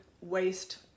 waste